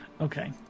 Okay